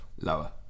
lower